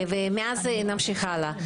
ואז נמשיך הלאה.